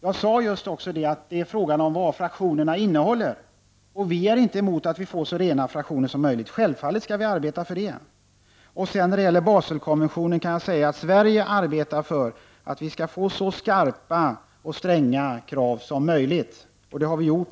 Jag sade just att det är fråga om fraktionernas innehåll. Vi är inte emot att man får så rena fraktioner som möjligt. Självfallet skall vi arbeta för det. När det gäller Baselkonventionen kan jag säga att Sverige arbetar för att vi skall få så skarpa och stränga krav som möjligt.